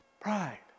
Pride